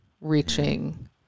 reaching